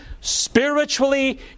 spiritually